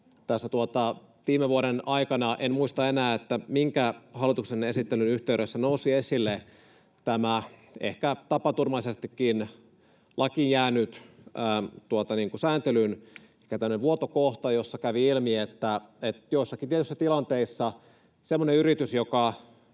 Tässä viime vuoden aikana — en muista enää, minkä hallituksen esittelyn yhteydessä — nousi esille tämä ehkä tapaturmaisestikin lakiin jäänyt sääntelyn vuotokohta ja kävi ilmi, että joissakin tietyissä tilanteissa semmoinen yritys, joka